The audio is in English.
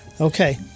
Okay